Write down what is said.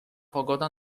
pogoda